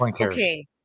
okay